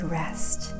rest